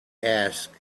asked